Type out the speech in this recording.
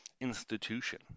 institution